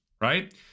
right